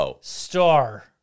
star